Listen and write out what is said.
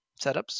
setups